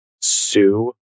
sue